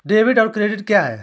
Debit और credit क्या है?